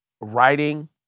writing